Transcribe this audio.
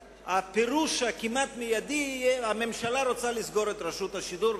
הפירוש הכמעט-מיידי יהיה שהממשלה רוצה לסגור את רשות השידור.